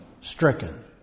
stricken